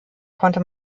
konnte